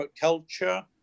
culture